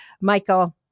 michael